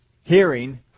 hearing